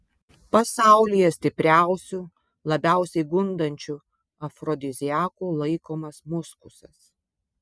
pasaulyje stipriausiu labiausiai gundančiu afrodiziaku laikomas muskusas